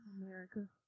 America